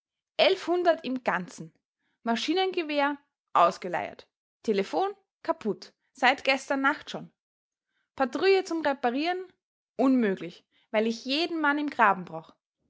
elfhundert im ganzen maschinengewehr ausgeleiert telephon kaput seit gestern nacht schon patrouille zum reparieren unmöglich weil ich jeden mann im graben brauch